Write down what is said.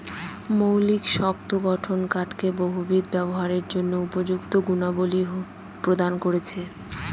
মৌলিক শক্ত গঠন কাঠকে বহুবিধ ব্যবহারের জন্য উপযুক্ত গুণাবলী প্রদান করেছে